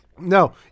No